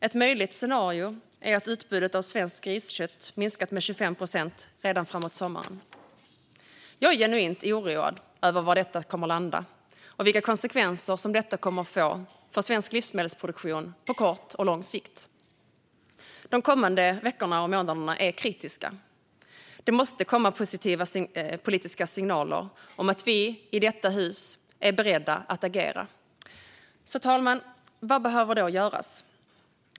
Ett möjligt scenario är att utbudet av svenskt griskött har minskat med 25 procent redan framåt sommaren. Jag är genuint orolig över var detta kommer att landa och vilka konsekvenser det kommer att få för svensk livsmedelsproduktion på kort och lång sikt. De kommande veckorna och månaderna är kritiska. Det måste komma positiva politiska signaler om att vi i detta hus är beredda att agera. Vad behöver då göras, fru talman?